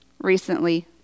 recently